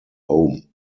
home